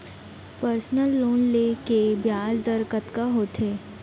Personal loan ले के ब्याज दर कतका होथे?